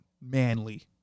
manly